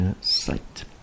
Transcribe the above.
sight